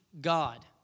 God